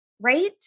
right